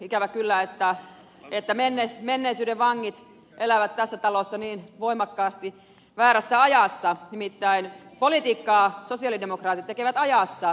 ikävä kyllä menneisyyden vangit elävät tässä talossa niin voimakkaasti väärässä ajassa nimittäin politiikkaa sosialidemokraatit tekevät ajassa